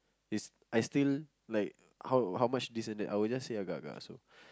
is I still like how how much decent that I would just say agar-agar also